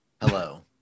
Hello